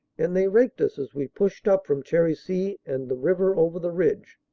and they raked us as we pushed up from cherisy and the river over the ridge.